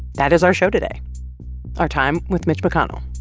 that is our show today our time with mitch mcconnell